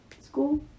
school